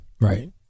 Right